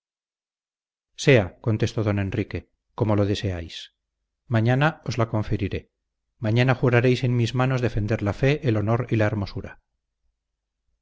sea contestó don enrique como lo deseáis mañana os la conferiré mañana juraréis en mis manos defender la fe el honor y la hermosura